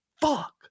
fuck